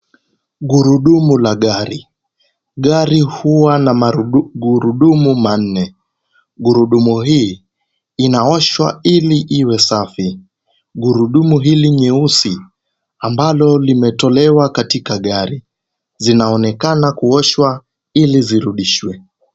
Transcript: Gurudumu la gari. Gari huwa na magurudumu manne. Gurudumu hili linaoshwa ili liwe safi. Gurudumu hili nyeusi amnali limetolewa katika gari linaonekana kuosha ili lirudishwe.